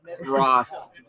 Ross